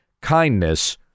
kindness